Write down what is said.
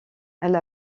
elle